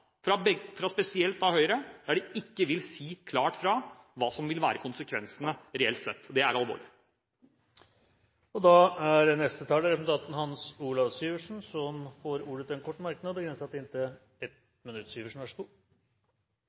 fra spesielt Høyre; de vil ikke si klart fra hva som vil være konsekvensene reelt sett. Og det er alvorlig. Representanten Hans Olav Syversen får ordet til en kort merknad, begrenset til 1 minutt.